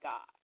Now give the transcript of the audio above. God